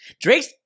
Drake's